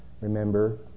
remember